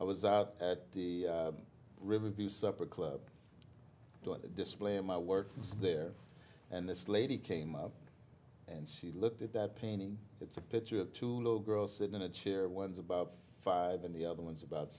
i was out at the riverview supper club to display my work there and this lady came out and she looked at that painting it's a picture of two little girls sitting in a chair one's about five and the other one's about